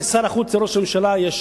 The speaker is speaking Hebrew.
בין שר החוץ לראש הממשלה יש